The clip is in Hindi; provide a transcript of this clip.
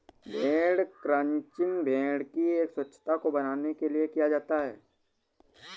भेड़ क्रंचिंग भेड़ की स्वच्छता को बनाने के लिए किया जाता है